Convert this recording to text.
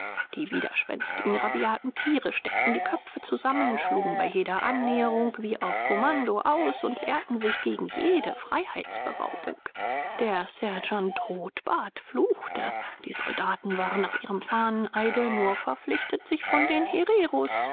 die widerspenstigen rabiaten tiere steckten die köpfe zusammen schlugen bei jeder annäherung wie auf kommando aus und wehrten sich gegen jede freiheitsberaubung der sergeant rotbart fluchte die soldaten waren nach ihrem fahneneide nur verpflichtet sich von den hereros